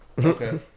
Okay